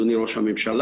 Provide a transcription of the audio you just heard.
אדוני ראש הממשלה,